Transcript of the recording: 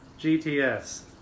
GTS